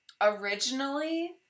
originally